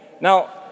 Now